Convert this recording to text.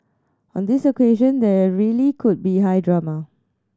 on this occasion there really could be high drama